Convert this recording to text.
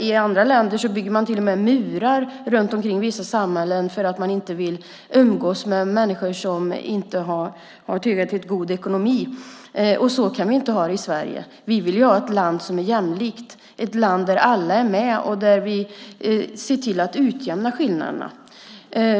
I andra länder bygger man till och med murar runt omkring vissa samhällen för att man inte vill umgås med människor som inte har tillräckligt god ekonomi. Så kan vi inte ha det i Sverige. Vi vill ha ett land som är jämlikt. Vi vill ha ett land där alla är med och där vi ser till att utjämna skillnaderna.